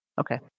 Okay